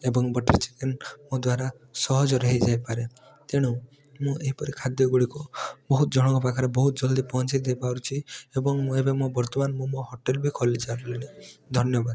ଏବଂ butter chicken ମୋ ଦ୍ୱାରା ସହଜରେ ହେଇଯାଇପାରେ ତେଣୁ ମୁଁ ଏହିପରି ଖାଦ୍ୟ ଗୁଡ଼ିକୁ ବହୁତ ଜଣଙ୍କ ପାଖରେ ବହୁତ ଜଲ୍ଦି ପହଁଚେଇ ଦେଇପାରୁଛି ଏବଂ ମୁଁ ଏବେ ମୋ ବର୍ତ୍ତମାନ ମୁଁ ମୋ ହୋଟେଲ ବି ଖୋଲିସାରିଲିଣି ଧନ୍ୟବାଦ